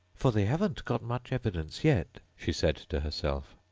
for they haven't got much evidence yet she said to herself.